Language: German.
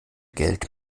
geld